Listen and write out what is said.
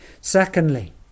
Secondly